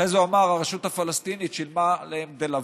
אחרי זה הוא אמר שהרשות הפלסטינית שילמה להם כדי לבוא.